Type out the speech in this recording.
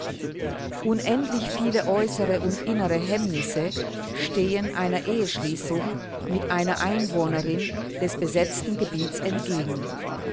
unendlich viel äußere und innere hemmnisse stehen einer eheschließung mit einer einwohnerin des besetzten gebietes entgegen